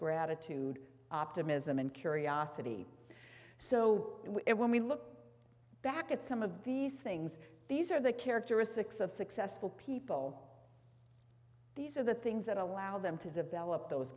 gratitude optimism and curiosity so when we look back at some of these things these are the characteristics of successful people these are the things that allow them to develop those